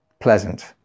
pleasant